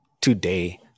today